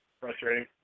frustrating